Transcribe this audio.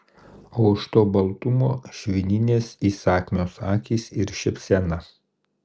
o už to baltumo švininės įsakmios akys ir šypsena